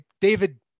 David